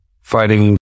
fighting